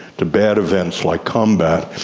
to bad events like combat,